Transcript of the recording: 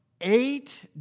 eight